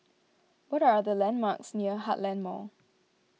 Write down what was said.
what are the landmarks near Heartland Mall